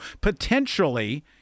potentially